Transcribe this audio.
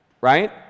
Right